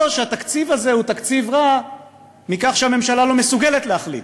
או שהתקציב הזה הוא תקציב רע מכך שהממשלה לא מסוגלת להחליט,